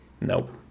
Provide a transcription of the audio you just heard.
Nope